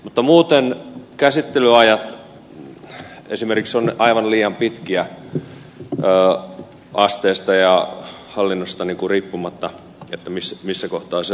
mutta muuten esimerkiksi käsittelyajat ovat aivan liian pitkiä riippumatta asteesta ja hallinnosta missä kohtaa ollaan